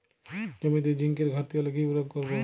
জমিতে জিঙ্কের ঘাটতি হলে কি প্রয়োগ করব?